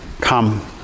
come